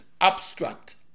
abstract